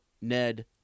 Ned